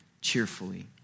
cheerfully